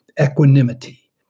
equanimity